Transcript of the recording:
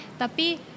Tapi